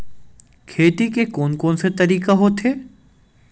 खेती के कोन कोन से तरीका होथे?